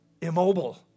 immobile